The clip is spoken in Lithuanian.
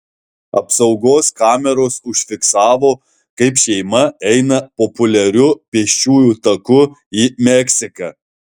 apsaugos kameros užfiksavo kaip šeima eina populiariu pėsčiųjų taku į meksiką